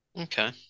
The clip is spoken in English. Okay